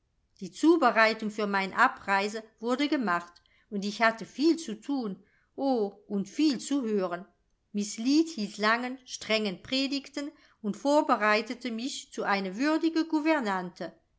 die zubereitung für mein abreise wurde gemacht und ich hatte viel zu thun o und viel zu hören miß lead hielt langen strengen predigten und vorbereitete mich zu eine würdige